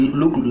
look